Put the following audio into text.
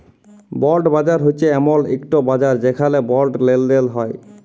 বল্ড বাজার হছে এমল ইকট বাজার যেখালে বল্ড লেলদেল হ্যয়